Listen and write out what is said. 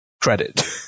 credit